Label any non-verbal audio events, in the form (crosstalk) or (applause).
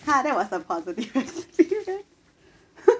ha that was the positive experiences (laughs)